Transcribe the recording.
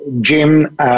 Jim